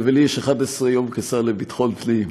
ולי יש 11 יום כשר לביטחון הפנים,